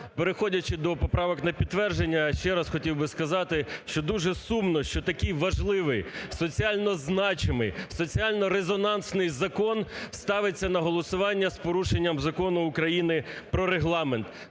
переходячи до поправок на підтвердження, ще раз хотів би сказати, що дуже сумно, що такий важливий, соц іально значимий, соціально-резонансний закон ставиться на голосування з порушенням Закону України "Про Регламент".